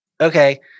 Okay